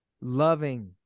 loving